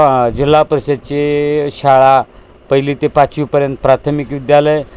प जिल्हा परिषदेची शाळा पहिली ते पाचवीपर्यंत प्राथमिक विद्यालय